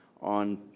on